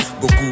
Beaucoup